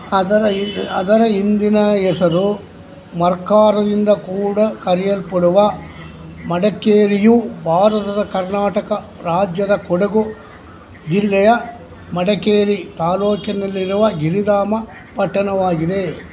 ಅದರ ಇದು ಅದರ ಇಂದಿನ ಹೆಸರು ಮರ್ಕಾರದಿಂದ ಕೂಡ ಕರೆಯಲ್ಪಡುವ ಮಡಿಕೇರಿಯು ಭಾರತದ ಕರ್ನಾಟಕ ರಾಜ್ಯದ ಕೊಡಗು ಜಿಲ್ಲೆಯ ಮಡಿಕೇರಿ ತಾಲ್ಲೂಕಿನಲ್ಲಿರುವ ಗಿರಿಧಾಮ ಪಟ್ಟಣವಾಗಿದೆ